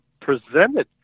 presented